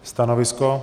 Stanovisko?